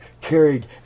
carried